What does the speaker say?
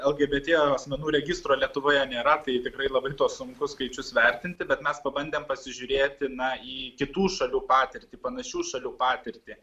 lgbt asmenų registro lietuvoje nėra tai tikrai labai sunku skaičius vertinti bet mes pabandėm pasižiūrėti na jį kitų šalių patirtį panašių šalių patirtį